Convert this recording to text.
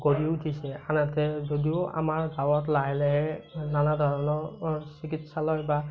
গঢ়ি উঠিছে আনহাতে যদিও আমাৰ গাঁৱত লাহে লাহে নানা ধৰণৰ চিকিৎসালয় বা